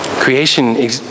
Creation